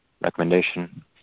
recommendation